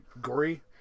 gory